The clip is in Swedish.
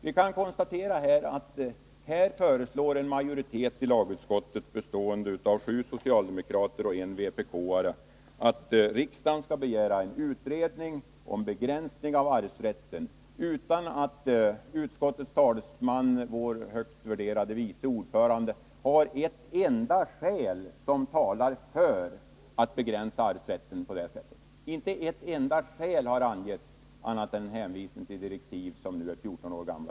Vi kan konstatera att en majoritet av lagutskottet, bestående av sju socialdemokrater och en vpk:are, föreslår att riksdagen skall begära en utredning om begränsning av arvsrätten utan att utskottets talesman, vår högt värderade vice ordförande, har angett ett enda skäl som talar för att man skall begränsa arvsrätten. Han har endast hänvisat till direktiv som nu är nära 14 år gamla.